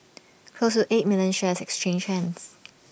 close to eight million shares exchanged hands